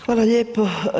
Hvala lijepo.